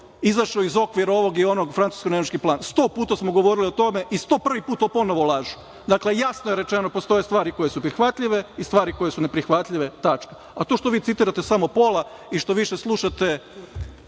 izašao iz okvira ovog i onog, francusko-nemački plan, 100 puta smo govorili o tome i 101 put to ponovo lažu. Dakle, jasno je rečeno, postoje stvari koje su prihvatljive i stvari koje su neprihvatljive. Tačka. A, to što vi citirate samo pola i što više slušate